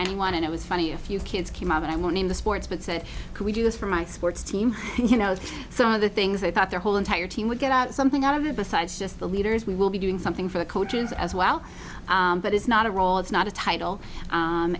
anyone and it was funny a few kids came up and i won't name the sports but said can we do this for my sports team you know some of the things they thought their whole entire team would get out something out of that besides just the leaders we will be doing something for the coaches as well but it's not a role it's not a title